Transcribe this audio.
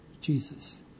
Jesus